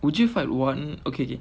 would you fight one okay